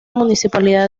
municipalidad